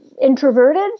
introverted